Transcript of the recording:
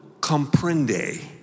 comprende